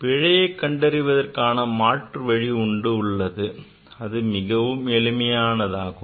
பிழையை கண்டறிவதற்கான மாற்று வழி ஒன்று உள்ளது அது மிகவும் எளிமையானதாகும்